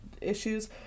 issues